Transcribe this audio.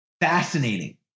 fascinating